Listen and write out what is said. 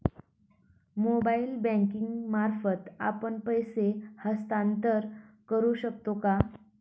Mobile banking मार्फत आपण पैसे हस्तांतरण करू शकतो का?